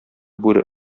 бүре